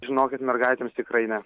žinokit mergaitėms tikrai ne